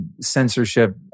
censorship